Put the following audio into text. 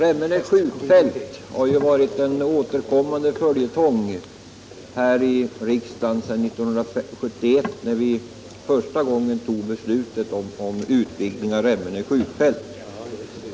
Herr talman! Remmene skjutfält har återkommit som följetong här i riksdagen sedan 1971, när vi första gången tog beslutet om utvidgning av detsamma.